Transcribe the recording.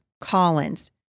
Collins